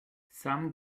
some